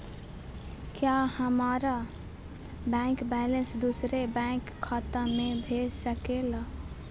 क्या हमारा bank balance दूसरे बैंक खाता में भेज सके ला?